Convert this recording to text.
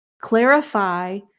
Clarify